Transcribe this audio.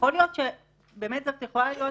יכול להיות שזאת יכולה להיות